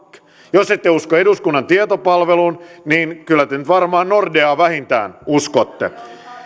jos ette usko eduskunnan tietopalvelua niin kyllä te nyt varmaan nordeaa vähintään uskotte